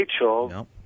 Rachel